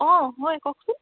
অঁ হয় কওকচোন